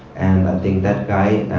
and i think that guy,